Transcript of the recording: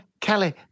Kelly